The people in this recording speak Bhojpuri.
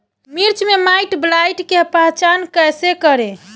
मिर्च मे माईटब्लाइट के पहचान कैसे करे?